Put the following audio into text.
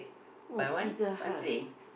oh Pizza-Hut know